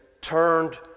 turned